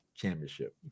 championship